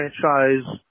franchise